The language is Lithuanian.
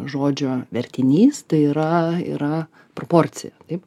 žodžio vertinys tai yra yra proporcija taip